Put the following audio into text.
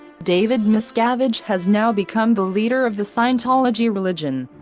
david miscavige has now become the leader of the scientology religion.